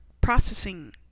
processing